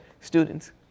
students